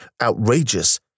outrageous